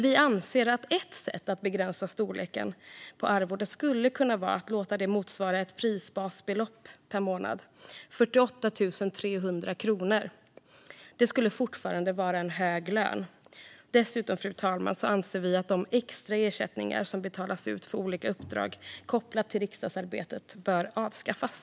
Vi anser dock att ett sätt att begränsa arvodets storlek skulle kunna vara att låta det motsvara ett prisbasbelopp per månad, 48 300 kronor. Det skulle fortfarande vara en hög lön. Dessutom anser vi att de extra ersättningar som betalas ut för olika uppdrag kopplat till riksdagsarbetet bör avskaffas.